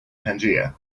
pangaea